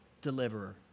Deliverer